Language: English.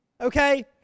Okay